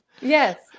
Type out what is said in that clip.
Yes